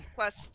Plus